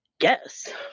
Yes